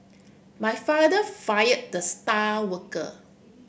my father fire the star worker